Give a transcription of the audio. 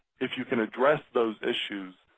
if you can address those issues,